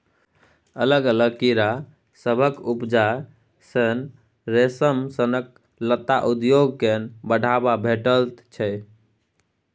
अलग अलग कीड़ा सभक उपजा सँ रेशम सनक लत्ता उद्योग केँ बढ़ाबा भेटैत छै